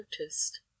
noticed